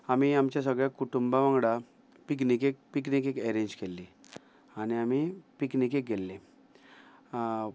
आमी आमच्या सगळ्या कुटुंबा वांगडा पिकनिकेक पिकनीक एक अरेंज केल्ली आनी आमी पिकनिकेक गेल्लीं